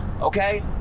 Okay